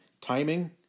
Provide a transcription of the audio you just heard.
timing